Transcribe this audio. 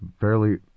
fairly